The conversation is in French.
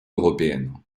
européenne